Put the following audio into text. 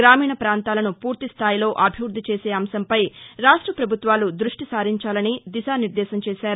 గ్రామీణ పాంతాలసు ఫూర్తిస్వాయిలో అభివృద్ధి చేసే అంశంపై రాష్ట పభుత్వాలు దృష్టి సారించాలని దిశానిర్దేశం చేశారు